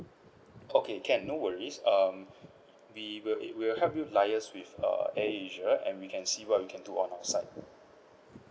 okay can no worries um we will a~ we'll help you liaise with err AirAsia and we can see what we can do on our side